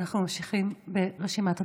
אנחנו ממשיכים ברשימת הדוברים.